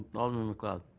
alderman macleod.